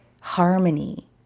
harmony